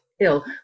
ill